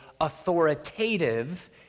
authoritative